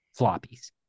floppies